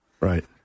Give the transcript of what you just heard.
Right